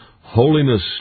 Holiness